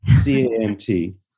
C-A-M-T